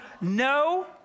no